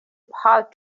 path